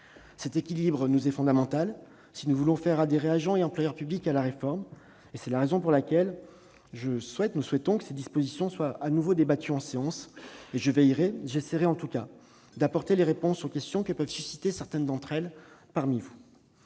Cet équilibre est fondamental si nous voulons faire adhérer agents et employeurs publics à la réforme. C'est la raison pour laquelle nous souhaitons que ces dispositions soient de nouveau débattues en séance, et je veillerai à vous apporter les réponses aux questions que peuvent susciter certaines d'entre elles parmi vous.